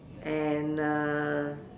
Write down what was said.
and uh